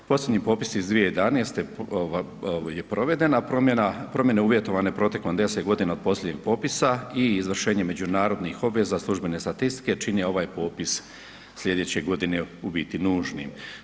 Posljednji popis iz 2011. je proveden, a promjene uvjetovane protekom 10 godina od posljednjeg popisa i izvršenje međunarodnih obveza službene statistike čine ovaj popis slijedeće godine u biti nužnim.